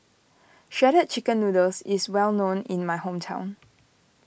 Shredded Chicken Noodles is well known in my hometown